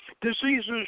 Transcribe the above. diseases